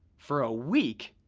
for a week,